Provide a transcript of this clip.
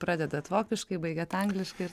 pradedat vokiškai baigiat angliškai ir